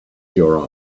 your